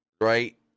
right